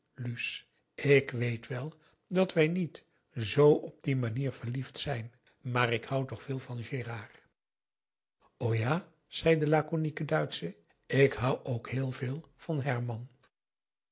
luus ik weet wel dat wij niet z op die manier verliefd zijn maar ik hou toch veel van gérard p a daum de van der lindens c s onder ps maurits o ja zei de lakonieke duitsche ik hou ook heel veel van herman